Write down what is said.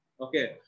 Okay